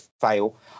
fail